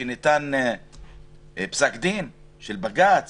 כשניתן פסק דין של בג"ץ